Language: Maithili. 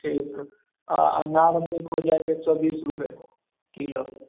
ठीक अछि अनार अपनेके हो जायत एक सए बीस रूपये किलो